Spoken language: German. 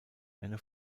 eine